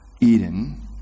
Eden